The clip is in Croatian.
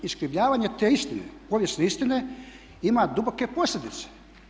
Iskrivljavanje te istine, povijesne istine ima duboke posljedice.